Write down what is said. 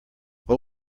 what